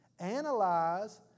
Analyze